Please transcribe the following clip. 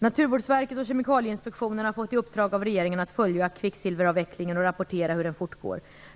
Naturvårdsverket och Kemikalieinspektionen har fått i uppdrag av regeringen att följa kvicksilveravvecklingen och att rapportera hur den fortgår.